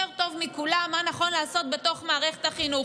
טוב מכולם מה נכון לעשות בתוך מערכת החינוך,